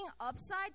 upside